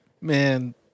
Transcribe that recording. Man